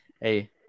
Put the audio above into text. hey